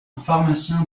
pharmacien